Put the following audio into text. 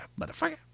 motherfucker